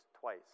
twice